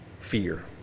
Fear